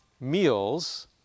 meals